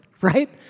right